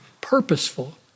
purposeful